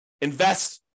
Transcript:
invest